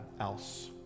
else